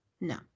No